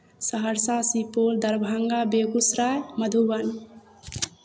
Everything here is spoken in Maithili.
सहरसा सुपौल दरभंगा बेगूसराय मधुबनी